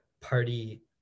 Party